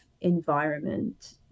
environment